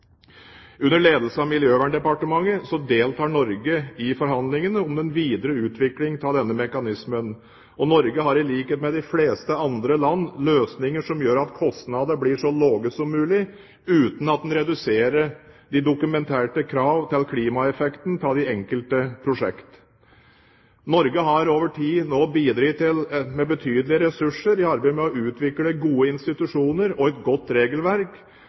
Under ledelse av Miljøverndepartementet deltar Norge i forhandlingene om den videre utviklingen av denne mekanismen. Norge har i likhet med de fleste andre land ønsket løsninger som gjør at kostnadene blir så lave som mulig, uten at man reduserer kravene til å dokumentere klimaeffekten av de enkelte prosjektene. Norge har over tid bidratt med betydelig ressurser i arbeidet med å utvikle gode institusjoner og et godt regelverk,